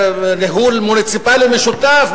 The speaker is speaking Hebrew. ניהול מוניציפלי משותף,